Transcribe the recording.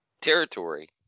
territory